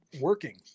working